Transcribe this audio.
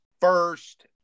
first